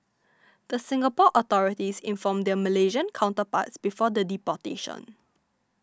the Singapore authorities informed their Malaysian counterparts before the deportation